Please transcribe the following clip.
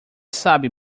sabe